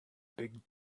big